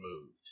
moved